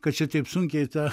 kad šitaip sunkiai tą